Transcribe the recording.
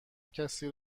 کسی